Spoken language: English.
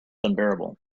unbearable